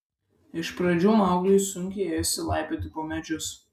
iš pradžių maugliui sunkiai ėjosi laipioti po medžius